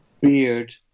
beard